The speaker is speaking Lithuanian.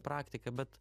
praktika bet